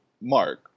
mark